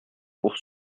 pour